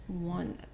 one